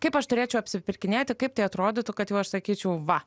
kaip aš turėčiau apsipirkinėti kaip tai atrodytų kad jau aš sakyčiau va